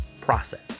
process